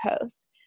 post